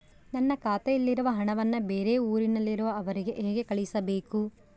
ನನ್ನ ಖಾತೆಯಲ್ಲಿರುವ ಹಣವನ್ನು ಬೇರೆ ಊರಿನಲ್ಲಿರುವ ಅವರಿಗೆ ಹೇಗೆ ಕಳಿಸಬೇಕು?